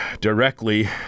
Directly